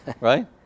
right